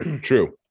True